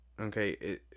Okay